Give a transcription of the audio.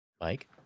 Mike